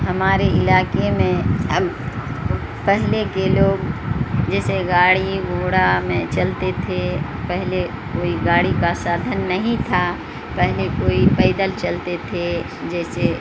ہماری علاقے میں اب پہلے کے لوگ جیسے گاڑی گھوڑا میں چلتے تھے پہلے کوئی گاڑی کا سادھن نہیں تھا پہلے کوئی پیدل چلتے تھے جیسے